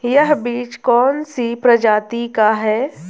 यह बीज कौन सी प्रजाति का है?